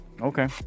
Okay